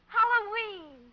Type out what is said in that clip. Halloween